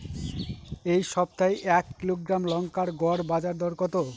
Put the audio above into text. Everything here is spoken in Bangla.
এই সপ্তাহে এক কিলোগ্রাম লঙ্কার গড় বাজার দর কত?